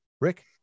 Rick